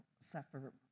suffer